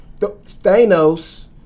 Thanos